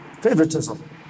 favoritism